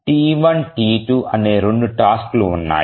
T1 T2 అనే రెండు task లు ఉన్నాయి